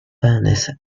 furnace